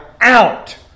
out